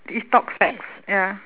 it's thought facts ya